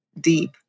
deep